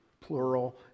plural